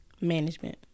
management